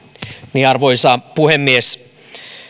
niin arvoisa puhemies